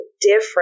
different